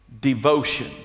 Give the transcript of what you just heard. devotion